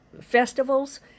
festivals